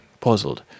Puzzled